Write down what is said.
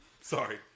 Sorry